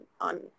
on